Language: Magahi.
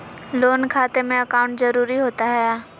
लोन खाते में अकाउंट जरूरी होता है?